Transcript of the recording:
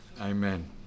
amen